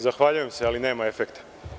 Zahvaljujem se, ali nema efekta.